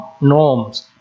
norms